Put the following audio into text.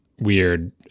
weird